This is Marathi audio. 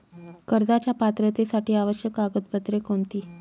कर्जाच्या पात्रतेसाठी आवश्यक कागदपत्रे कोणती?